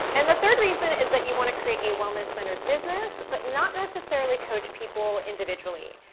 and the third reason is that you wanna create a wellness-centered business. but not necessarily coach people individually.